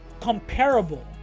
comparable